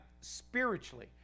spiritually